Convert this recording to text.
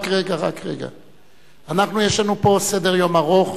יש לנו פה סדר-יום ארוך,